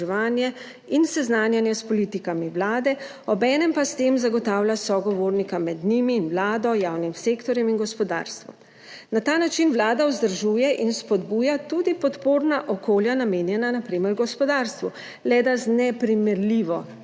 in seznanjanje s politikami vlade, obenem pa s tem zagotavlja sogovornika med njimi in vlado, javnim sektorjem in gospodarstvom. Na ta način vlada vzdržuje in spodbuja tudi podporna okolja, namenjena na primer gospodarstvu, le da z neprimerljivo večjimi